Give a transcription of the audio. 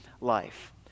life